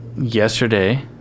yesterday